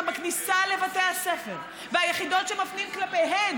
בכניסה לבתי הספר והיחידות שמפנים כלפיהן